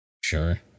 sure